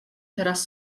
teraz